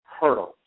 hurdles